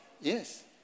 Yes